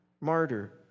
martyr